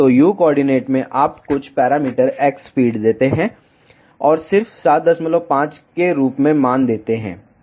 तो u coordinate में आप कुछ पैरामीटर x फ़ीड देते हैं और सिर्फ 75 के रूप में मान देते हैं